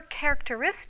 characteristics